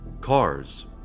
Cars